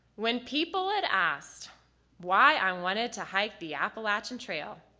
when people had asked why i wanted to hike the appalachian trail,